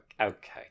Okay